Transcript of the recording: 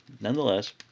Nonetheless